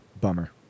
Bummer